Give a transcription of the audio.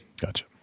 Gotcha